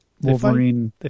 Wolverine